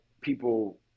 people